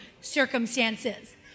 circumstances